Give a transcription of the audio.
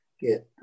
get